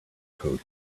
coding